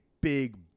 big